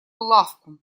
лавку